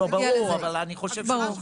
אבל אני חושב שנוכל